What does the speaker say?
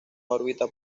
órbita